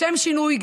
לשם שינוי,